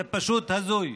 זה פשוט הזוי.